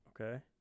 Okay